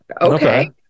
okay